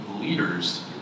leaders